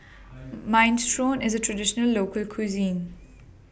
Minestrone IS A Traditional Local Cuisine